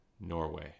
Norway